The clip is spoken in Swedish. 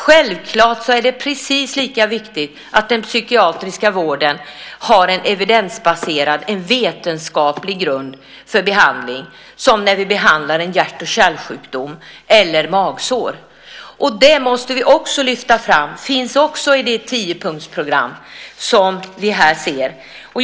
Självklart är det precis lika viktigt att den psykiatriska vården är evidensbaserad, att den har en vetenskaplig grund för behandling på samma sätt som när vi behandlar en hjärt och kärlsjukdom eller magsår. Det måste vi också lyfta fram. Det finns också i det tiopunktsprogram som vi ser här.